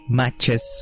matches